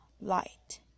light